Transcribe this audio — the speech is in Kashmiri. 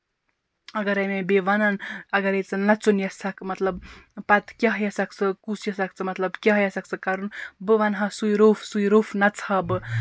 اَگرے مےٚ بیٚیہِ وَنان اَگرے ژےٚ نَژُن یَژھکھ مطلب پَتہٕ کیٛاہ یَژھکھ ژٕ کُس یَژھکھ ژٕ مطلب کیٛاہ یژھکھ ژٕ کَرُن بہٕ وَنہٕ ہا سُے روٚف سُے روٚف نَژٕہا بہٕ